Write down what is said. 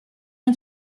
این